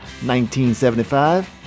1975